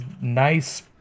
nice